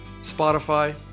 Spotify